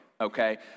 okay